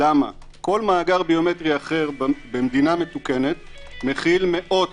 למה כל מאגר ביומטרי אחר במדינה מתוקנת מכיל מאות